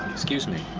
excuse me.